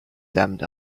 damned